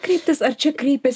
kreiptis ar čia kreipias